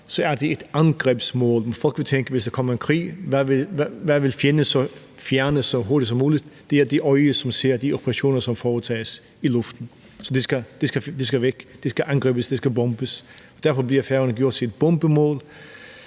radar, er et angrebsmål. Folk vil tænke: Hvis der kommer en krig, hvad vil fjenden så fjerne så hurtigt som muligt? Det er det øje, som ser de operationer, som foretages i luften, så det skal væk, det skal angribes, det skal bombes. Derfor bliver Færøerne gjort til et bombemål,